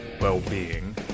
well-being